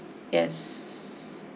yes